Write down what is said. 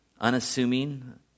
unassuming